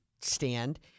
stand